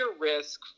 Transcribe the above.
risk